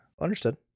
understood